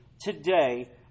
today